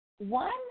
One